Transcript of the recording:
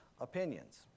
opinions